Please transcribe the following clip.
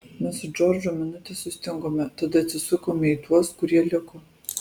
mes su džordžu minutę sustingome tada atsisukome į tuos kurie liko